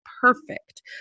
perfect